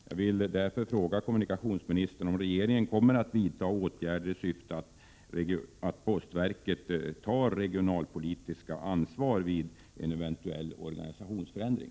Jag vill därför fråga kommunikationsministern om regeringen kommer att vidta ' åtgärder i syfte att se till att postverket tar sitt regionalpolitiska ansvar vid en eventuell organisationsförändring.